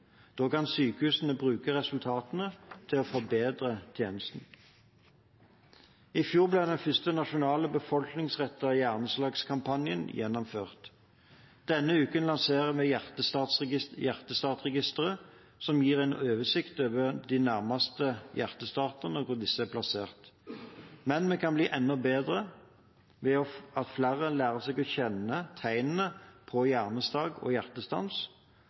Da kan sykehusene bruke resultatene til å forbedre tjenesten. I fjor ble den første nasjonale befolkningsrettede hjerneslagkampanjen gjennomført. Denne uken lanserer vi Hjertestarterregisteret, som gir en oversikt over hvor de nærmeste hjertestarterne er plassert. Men vi kan bli enda bedre ved at flere lærer seg å kjenne tegnene på hjerneslag og hjertestans,